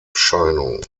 erscheinung